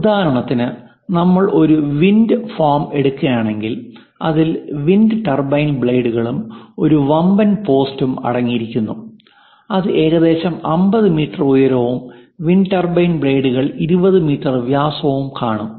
ഉദാഹരണത്തിന് നമ്മൾ ഒരു വിൻഡ് ഫാം എടുക്കുകയാണെങ്കിൽ അതിൽ വിൻഡ് ടർബൈൻ ബ്ലേഡുകളും ഒരു വമ്പൻ പോസ്റ്റും അടങ്ങിയിരിക്കുന്നു അത് ഏകദേശം 50 മീറ്റർ ഉയരവും വിൻഡ് ടർബൈൻ ബ്ലേഡുകൾക്കു 20 മീറ്റർ വ്യാസവും കാണും